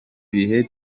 bihe